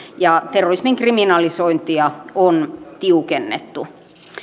ja terrorismin kriminalisointia on tiukennettu